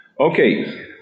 okay